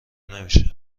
نمیشه